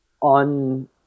on